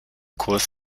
kurs